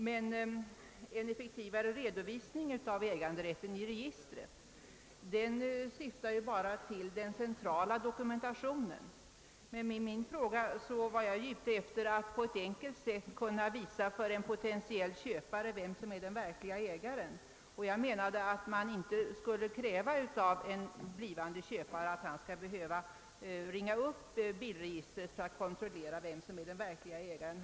Men en effektivare redovisning i registret av äganderätten syftar enbart till den centrala dokumentationen. Med min interpellation var jag ute efter att på ett enkelt sätt kunna visa för en potentiell köpare vem som är den verklige ägaren. Jag menade då att man inte av den blivande köparen skulle kräva att denne skulle behöva ringa upp bilregistret för att kontrollera vem som är den verklige ägaren.